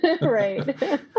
right